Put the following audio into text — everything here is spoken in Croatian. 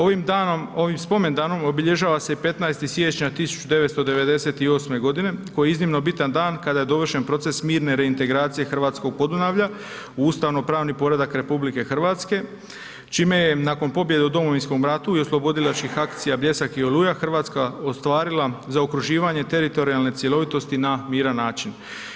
Ovim danom, ovim spomendanom obilježava se i 15. siječnja 1998. g. koji je iznimno bitan dan kada je dovršen proces mirne reintegracije hrvatskog Podunavlja u ustavnopravni poredak RH čime je nakon pobjede u Domovinskom ratu i oslobodilačkih akcija Bljesak i Oluja Hrvatska ostvarila zaokruživanje teritorijalne cjelovitosti na miran način.